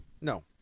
No